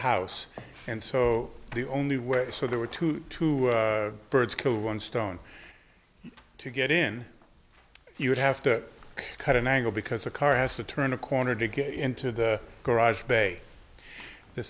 house and so the only way so there were two two birds kill one stone to get in if you would have to cut an angle because a car has to turn a corner to get into the garage bay the